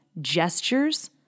gestures